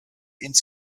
ins